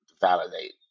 validate